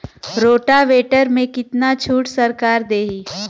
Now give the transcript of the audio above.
Rotavator में कितना छूट सरकार देही?